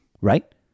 right